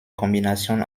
kombination